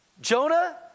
Jonah